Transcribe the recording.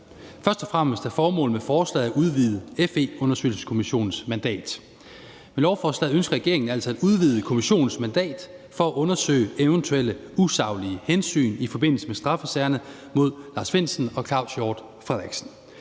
Først og fremmest er formålet med forslaget at udvide FE-undersøgelseskommissionens mandat. Med lovforslaget ønsker regeringen altså at udvide kommissionens mandat for at undersøge eventuelle usaglige hensyn i forbindelse med straffesagerne mod Lars Findsen og Claus Hjort Frederiksen,